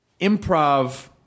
improv